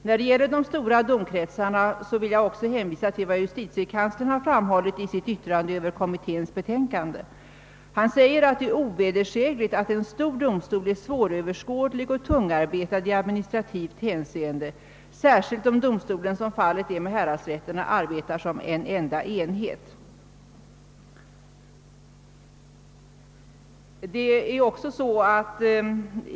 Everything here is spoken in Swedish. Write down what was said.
När det gäller de stora domkretsarna vill jag hänvisa till vad justitiekanslern har framhållit i sitt yttrande över kommitténs betänkande. Han säger att det är »ovedersägligt, att en stor domstol är svåröverskådlig och tungarbetad i administrativt hänseende, särskilt om domstolen såsom fallet är med häradsrätterna arbetar som en enda enhet».